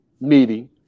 meeting